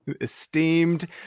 esteemed